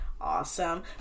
Awesome